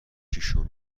شیشمین